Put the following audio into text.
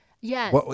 Yes